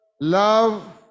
love